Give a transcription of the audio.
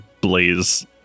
blaze